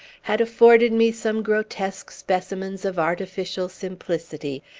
had afforded me some grotesque specimens of artificial simplicity,